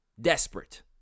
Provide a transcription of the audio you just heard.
Desperate